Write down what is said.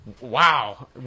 Wow